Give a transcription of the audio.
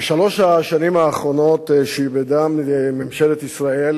בשלוש השנים האחרונות שעבדה ממשלת ישראל